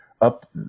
up